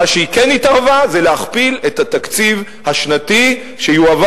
מה שהיא כן התערבה זה להכפיל את התקציב השנתי שיועבר